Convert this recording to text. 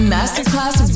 Masterclass